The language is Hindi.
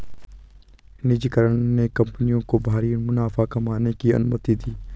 निजीकरण ने कंपनियों को भारी मुनाफा कमाने की अनुमति दी